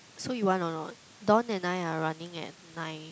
so you want or not Don and I are running at nine